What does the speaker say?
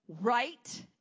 right